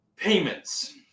Payments